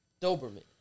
Doberman